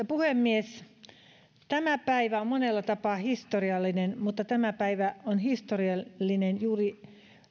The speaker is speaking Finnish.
puhemies tämä päivä on monella tapaa historiallinen ja tämä päivä on historiallinen juuri